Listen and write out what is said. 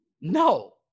No